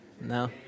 No